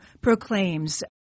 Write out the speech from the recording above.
proclaims